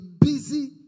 busy